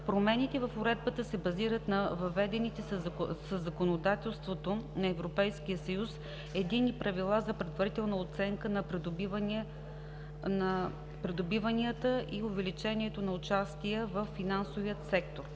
Промените в уредбата се базират на въведените със законодателството на Европейския Съюз единни правила за предварителна оценка на придобиванията и увеличението на участия във финансовия сектор.